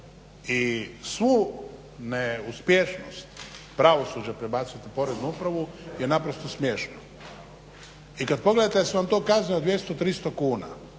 i svu neuspješnost pravosuđa prebaciti na Poreznu upravu je naprosto smiješno. I kad pogledate da su vam to kazne od 200, 300 kuna